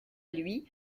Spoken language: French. lui